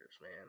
man